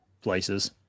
places